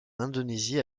indonésie